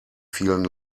vielen